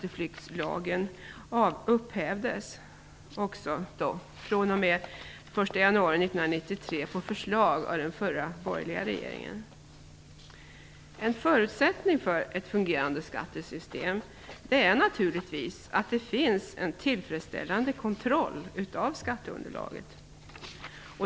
En förutsättning för ett fungerande skattesystem är naturligtvis att det finns en tillfredsställande kontroll av skatteunderlaget.